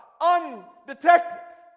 undetected